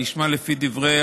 אני אשמע לפי דברי